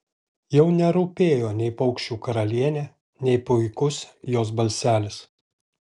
jau nerūpėjo nei paukščių karalienė nei puikus jos balselis